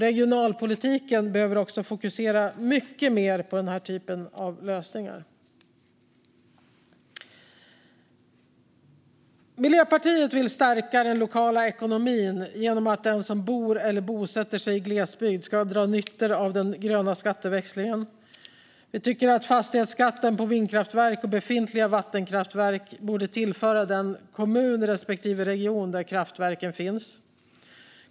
Regionalpolitiken behöver också fokusera mycket mer på den typen av lösningar. Miljöpartiet vill stärka den lokala ekonomin genom att den som bor eller bosätter sig i glesbygd ska dra nytta av den gröna skatteväxlingen. Vi tycker att fastighetsskatten på vindkraftverk och befintliga vattenkraftverk borde tillfalla den kommun respektive region där kraftverken finns.